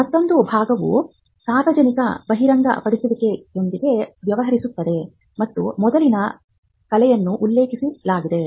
ಮತ್ತೊಂದು ಭಾಗವು ಸಾರ್ವಜನಿಕ ಬಹಿರಂಗಪಡಿಸುವಿಕೆಯೊಂದಿಗೆ ವ್ಯವಹರಿಸುತ್ತದೆ ಮತ್ತು ಮೊದಲಿನ ಕಲೆಯನ್ನು ಉಲ್ಲೇಖಿಸಲಾಗಿದೆ